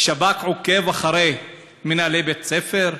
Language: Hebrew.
שב"כ עוקב אחרי מנהלי בתי-ספר,